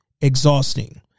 Exhausting